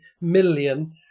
million